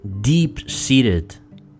deep-seated